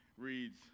reads